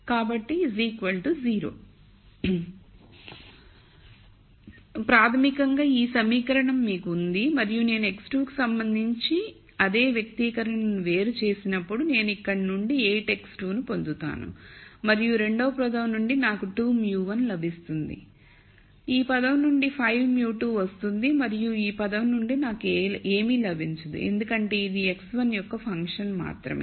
కాబట్టి ప్రాథమికంగా ఈ సమీకరణం మీకు ఉంది మరియు నేను x2 కు సంబంధించి అదే వ్యక్తీకరణను వేరు చేసినప్పుడు నేను ఇక్కడ నుండి 8 x2ను పొందుతాను మరియు రెండవ పదం నుండి నాకు 2 μ1 లభిస్తుంది నాకు లభిస్తుంది ఈ పదం నుండి 5 μ2 వస్తుంది మరియు ఈ పదం నుండి నాకు ఏమీ లభించదు ఎందుకంటే ఇది x1 యొక్క ఫంక్షన్ మాత్రమే